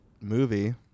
movie